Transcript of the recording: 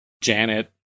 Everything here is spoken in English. Janet